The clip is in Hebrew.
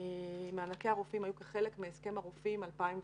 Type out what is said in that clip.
מענקי הרופאים היו כחלק מהסכם הרופאים ב-2011.